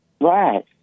Right